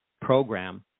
program